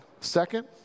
Second